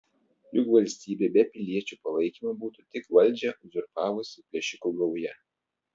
juk valstybė be piliečių palaikymo būtų tik valdžią uzurpavusi plėšikų gauja